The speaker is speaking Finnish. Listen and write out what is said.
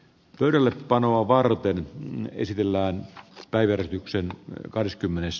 pöydälle panoa varten esitellään taideyhdistyksen kahdeskymmenes